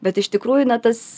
bet iš tikrųjų na tas